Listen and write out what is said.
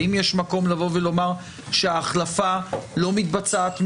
האם יש מקום לבוא ולומר שההחלפה לא מתבצעת מיידית,